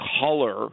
color